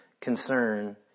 concern